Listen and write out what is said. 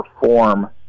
perform